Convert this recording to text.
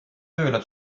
tööle